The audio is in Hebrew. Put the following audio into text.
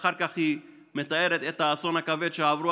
ואחר כך היא מתארת את האסון הכבד שעברו